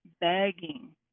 begging